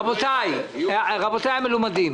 רבותיי המלומדים,